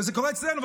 וזה קורה אצלנו.